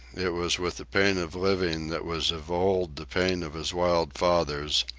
it was with the pain of living that was of old the pain of his wild fathers,